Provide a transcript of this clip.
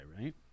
right